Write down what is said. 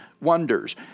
wonders